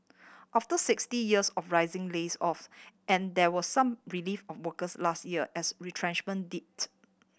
after sixty years of rising layoffs and there was some relief of workers last year as retrenchment dipped